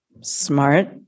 smart